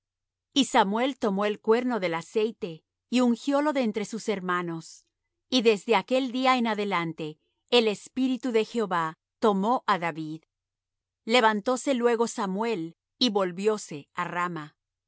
y samuel tomó el cuerno del aceite y ungiólo de entre sus hermanos y desde aquel día en adelante el espíritu de jehová tomó á david levantóse luego samuel y volvióse á rama